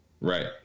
Right